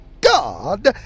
God